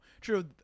true